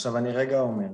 עכשיו, אני רגע אומר.